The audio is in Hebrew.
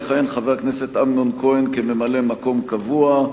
יכהן חבר הכנסת אמנון כהן כממלא-מקום קבוע.